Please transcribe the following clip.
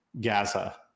Gaza